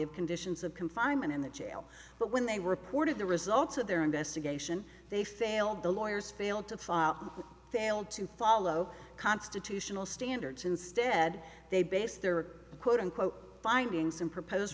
of conditions of confinement in the jail but when they reported the results of their investigation they failed the lawyers failed to file failed to follow constitutional standards instead they base their quote unquote findings and propose